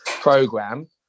program